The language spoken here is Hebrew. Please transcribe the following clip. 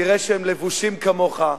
תראה שהם לבושים כמוך,